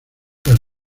las